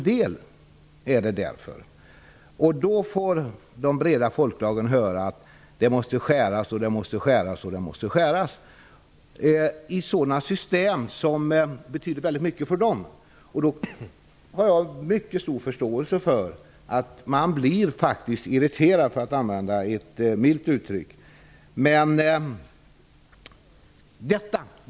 Då får de breda folklagren höra att det måste göras nedskärningar i just de system som har stor betydelse för dem. Jag har stor förståelse för att man blir irriterad.